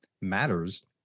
matters